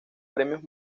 premios